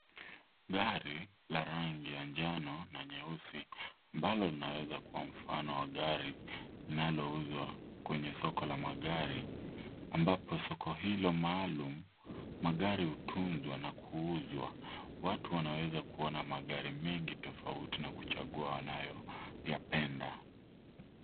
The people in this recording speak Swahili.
Gari la rangi ya njano na nyeusi ambalo linaweza kuwa mfano wa gari linalouzwa kwenye soko la magari ambapo soko hilo maalum magari utunzwa na kuuzwa. Watu wanaweza kuwa na magari mengi tofauti na kuchagua wanayoyapenda.